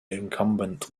incumbent